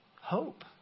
Hope